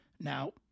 Now